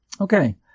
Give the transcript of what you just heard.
Okay